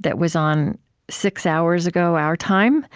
that was on six hours ago, our time.